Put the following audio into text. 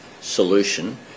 solution